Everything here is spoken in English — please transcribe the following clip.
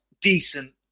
decent